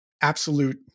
absolute